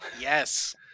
Yes